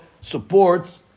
supports